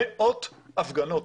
מאות הפגנות.